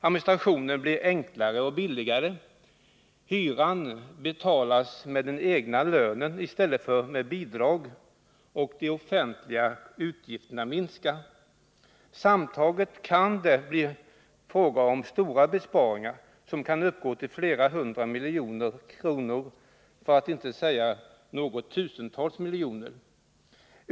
Administrationen blir enklare och billigare. Hyran betalas med den egna lönen i stället för med bidrag. De offentliga utgifterna minskar. Sammantaget kan detta innebära mycket stora besparingar, som kan uppgå till flera hundra miljoner eller kanske t.o.m. något tusental miljoner.